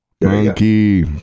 Monkey